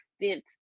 extent